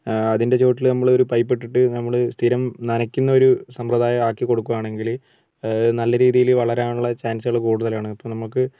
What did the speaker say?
അതിൻ്റെ ചോട്ടിൽ നമ്മൾ ഒരു പൈപ്പിട്ടിട്ട് നമ്മൾ സ്ഥിരം നനയ്ക്കുന്ന ഒരു സമ്പ്രദായം ആക്കി കൊടുക്കുവാണെങ്കിൽ നല്ല രീതിയിൽ വളരാനുള്ള ചാൻസികൾ കൂടുതലാണ് ഇപ്പോൾ നമുക്ക്